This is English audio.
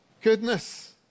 Goodness